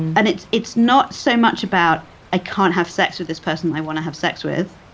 and it's it's not so much about i can't have sex with this person i want to have sex with,